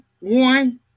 one